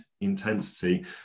intensity